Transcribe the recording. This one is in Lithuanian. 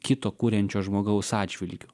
kito kuriančio žmogaus atžvilgiu